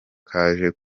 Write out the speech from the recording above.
kaje